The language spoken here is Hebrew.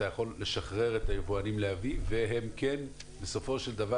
יכול לשחרר את היבואנים להביא והם כן בסופו של דבר